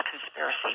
conspiracy